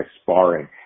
sparring